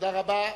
תודה רבה.